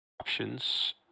options